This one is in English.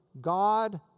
God